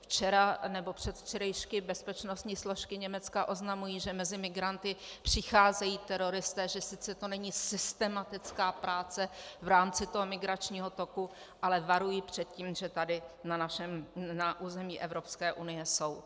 Včera nebo předvčerejšky bezpečnostní složky Německa oznamují, že mezi migranty přicházejí teroristé, že sice to není systematická práce v rámci toho migračního toku, ale varují před tím, že na území Evropské unie jsou.